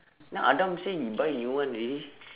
now adam say he buy new one already